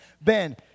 Ben